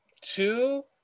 Two